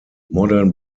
modern